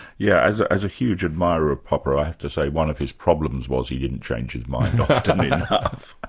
yeah as as a huge admirer of popper i have to say one of his problems was he didn't change his mind often enough.